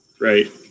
right